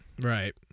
right